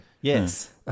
Yes